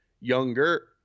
younger